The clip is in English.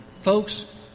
Folks